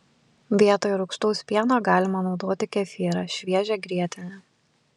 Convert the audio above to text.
vietoj rūgštaus pieno galima naudoti kefyrą šviežią grietinę